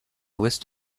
list